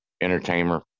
entertainer